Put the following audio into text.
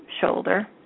shoulder